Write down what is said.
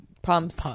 Pumps